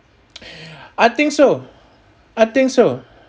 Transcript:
I think so I think so